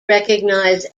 recognise